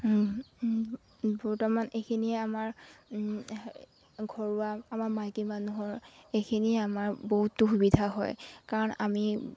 বৰ্তমান এইখিনিয়ে আমাৰ ঘৰুৱা আমাৰ মাইকী মানুহৰ এইখিনিয়ে আমাৰ বহুতো সুবিধা হয় কাৰণ আমি